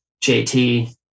JT